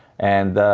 and,